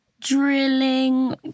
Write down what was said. DRILLING